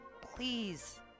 please